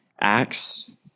acts